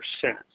percent